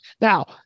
Now